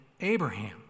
Abraham